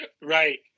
Right